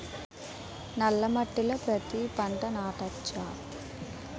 నల్ల మట్టిలో పత్తి పంట నాటచ్చా?